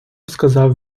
сказав